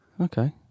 Okay